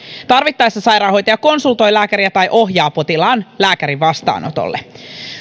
tarvittaessa sairaanhoitaja konsultoi lääkäriä tai ohjaa potilaan lääkärin vastaanotolle